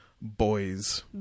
Boys